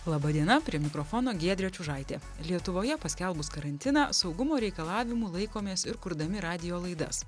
laba diena prie mikrofono giedrė čiužaitė lietuvoje paskelbus karantiną saugumo reikalavimų laikomės ir kurdami radijo laidas